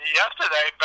yesterday